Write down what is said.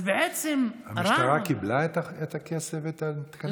המשטרה קיבלה את הכסף ואת התקנים?